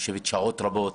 יושבת שעות רבות,